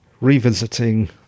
revisiting